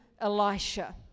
Elisha